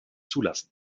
zulassen